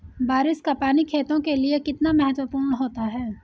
बारिश का पानी खेतों के लिये कितना महत्वपूर्ण होता है?